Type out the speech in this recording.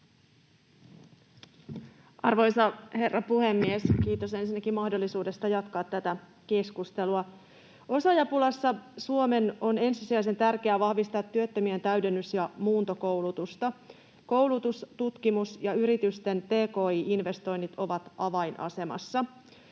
Arvoisa herra puhemies! Kiitos ensinnäkin mahdollisuudesta jatkaa tätä keskustelua. Osaajapulassa Suomen on ensisijaisen tärkeää vahvistaa työttömien täydennys- ja muuntokoulutusta. Koulutus, tutkimus ja yritysten tki-investoinnit ovat avainasemassa.